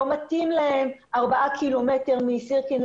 לא מתאים להם ארבעה קילומטר מסירקין,